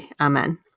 Amen